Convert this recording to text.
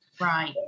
right